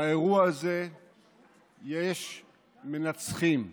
באירוע הזה יש מנצחים,